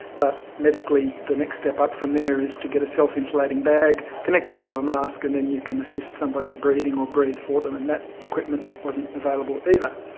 but medically the next step up from there is to get a self-inflating bag connected to a mask and then you can assist somebody's breathing or breathe for them and that equipment wasn't available either.